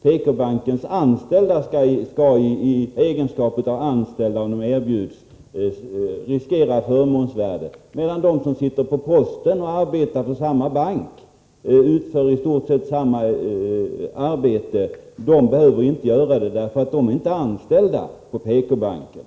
PK-bankens anställda riskerar, om de i egenskap av anställda erbjuds att teckna aktier, att förmånsbeskattas, medan de som sitter på posten — och egentligen arbetar på samma bank och utför i stort sett samma arbete — inte löper den risken, därför att de inte är anställda i PK-banken.